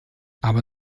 aber